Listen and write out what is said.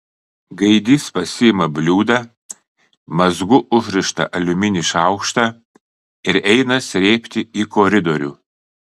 gaidys pasiima bliūdą mazgu užrištą aliumininį šaukštą ir eina srėbti į koridorių